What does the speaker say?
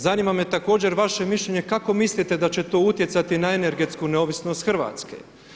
Zanima me također vaše mišljenje kako mislite da će to utjecati na energetsku neovisnost RH.